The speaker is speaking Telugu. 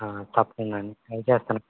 తప్పకుండా అండి ట్రై చేస్తానండి